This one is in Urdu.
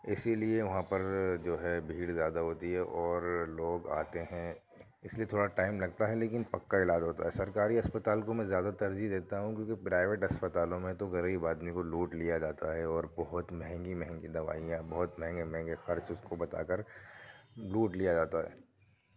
اسی لیے وہاں پر جو ہے بھیڑ زیادہ ہوتی ہے اور لوگ آتے ہیں اس لیے تھوڑا ٹائم لگتا ہے لیکن پکا علاج ہوتا ہے سرکاری اسپتال کو میں زیادہ ترجیح دیتا ہوں کیونکہ پرائیویٹ اسپتالوں میں تو غریب آدمی کو لوٹ لیا جاتا ہے اور بہت مہنگی مہنگی دوائیاں بہت مہنگے مہنگے خرچ اس کو بتا کر لوٹ لیا جاتا ہے